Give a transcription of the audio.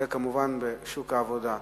וכמובן בשוק העבודה.